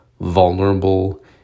vulnerable